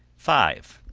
five.